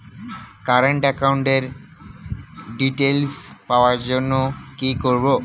Current একাউন্টের details পাওয়ার জন্য কি করব?